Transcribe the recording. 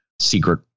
secret